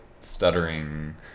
stuttering